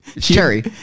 Cherry